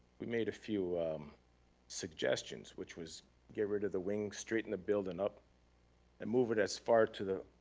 we made a few suggestions which was get rid of the wings, straighten the building up and move it as far to the